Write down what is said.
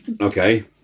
Okay